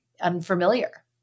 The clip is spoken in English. unfamiliar